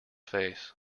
face